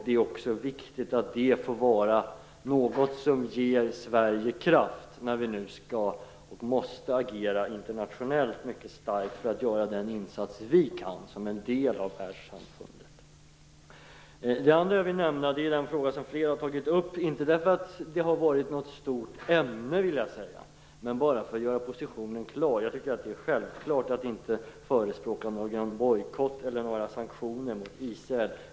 Det är också viktigt att det får vara något som ger Sverige kraft, när vi nu skall och måste agera mycket starkt internationellt för att göra den insats vi kan som en del av världssamfundet. Jag vill nämna en fråga som flera har tagit upp, inte därför att det har varit något stort ämne men bara för att göra positionen klar. Det är självklart att inte förespråka någon bojkott eller några sanktioner mot Israel.